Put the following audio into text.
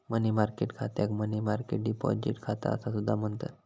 मनी market खात्याक money market deposit खाता असा सुद्धा म्हणतत